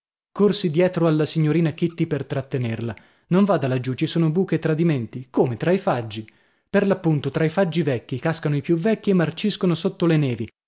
corsi dietro alla signorina kitty per trattenerla non vada laggiù ci son buche e tradimenti come tra i faggi per l'appunto tra i faggi vecchi cascano i più vecchi e marciscono sotto le nevi